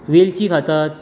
वेलची खातात